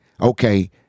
Okay